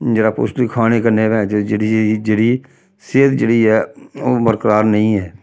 जेह्ड़ा पोशटिक खाने कन्नै पैंचो जेह्ड़ी जेह्ड़ी सेह्त जेह्ड़ी ऐ ओह् बरकरार नेईं ऐ